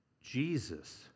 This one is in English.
jesus